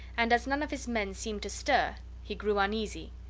and as none of his men seemed to stir he grew uneasy,